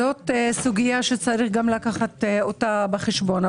זאת סוגיה שצריך לקחת אותה בחשבון.